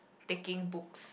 taking books